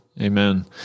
Amen